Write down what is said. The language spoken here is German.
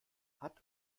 hat